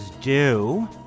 due